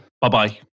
Bye-bye